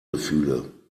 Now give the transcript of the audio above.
gefühle